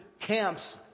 camps